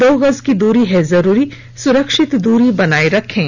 दो गज की दूरी है जरूरी सुरक्षित दूरी बनाए रखें